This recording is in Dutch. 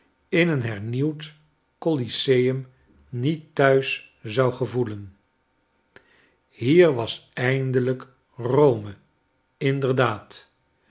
in een hernieuwd coliseum niet thuis zou gevoelen hier was eindelijk rome inderdaad